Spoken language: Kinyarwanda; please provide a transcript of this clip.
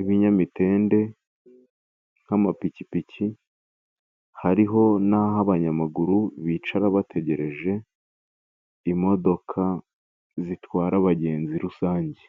ibinyamitende nk'amapikipiki, hariho n'aho abanyamaguru bicara bategereje imodoka zitwara abagenzi rusange.